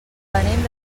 venim